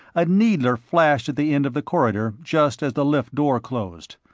a needler flashed at the end of the corridor just as the lift door closed.